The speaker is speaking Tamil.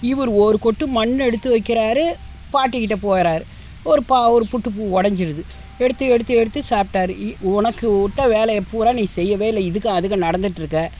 இவரு ஒரு கொட்டு மண் எடுத்து வைக்கிறார் பாட்டிக்கிட்ட போகிறாரு ஒரு பா ஒரு புட்டுப்பூ உடஞ்சிருது எடுத்து எடுத்து எடுத்து சாப்பிட்டாரு இ உனக்கு விட்ட வேலையை பூராக நீ செய்யவே இல்லை இதுக்கும் அதுக்கும் நடந்துகிட்ருக்க